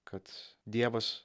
kad dievas